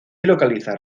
localizar